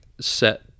set